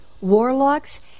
warlocks